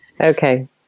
Okay